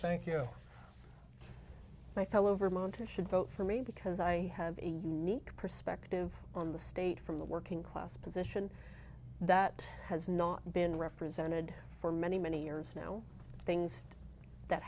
thank you my fellow vermonters should vote for me because i have a unique perspective on the state from the working class position that has not been represented for many many years now things that